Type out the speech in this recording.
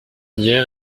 hier